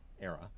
era